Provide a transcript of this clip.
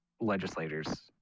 legislators